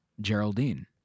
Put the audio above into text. Geraldine